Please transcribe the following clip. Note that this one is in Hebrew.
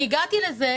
אני הגעתי לזה,